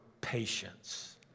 patience